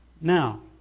Now